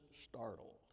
startled